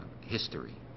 history